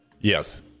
Yes